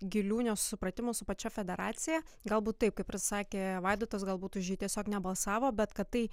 gilių nesupratimų su pačia federacija galbūt taip kaip ir sakė vaidotas galbūt už jį tiesiog nebalsavo bet kad tai